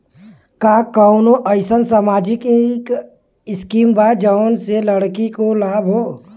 का कौनौ अईसन सामाजिक स्किम बा जौने से लड़की के लाभ हो?